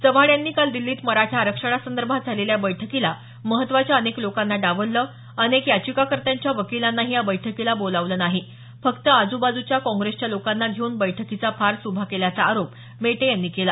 चव्हाण यांनी काल दिल्लीत मराठा आरक्षणासंदर्भात झालेल्या बैठकीला महत्त्वाच्या अनेक लोकांना डावललं अनेक याचिकाकर्त्यांच्या वकिलांनाही या बैठकीला बोलावलं नाही फक्त आजूबाजूच्या काँग्रेसच्या लोकांना घेऊन बैठकीचा फार्स उभा केल्याचा आरोप मेटे यांनी केला